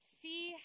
see